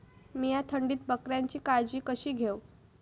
मीया थंडीत बकऱ्यांची काळजी कशी घेव?